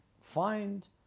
find